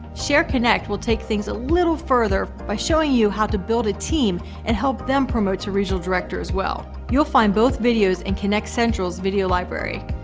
share kynect we'll take things a little further by showing you how to build a team and help them promote to regional director as well. you'll find both videos in and kynect central's video library.